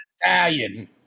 Italian